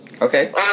Okay